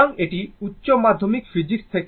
সুতরাং এটি উচ্চ মাধ্যমিক ফিজিক্স থেকে